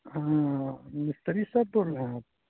ہاں مستری صاحب بول رہے ہیں آپ